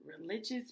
religious